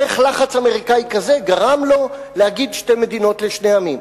איך לחץ אמריקני כזה גרם לו להגיד "שתי מדינות לשני עמים",